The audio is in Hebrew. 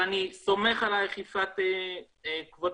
ואני סומך עליך, כבוד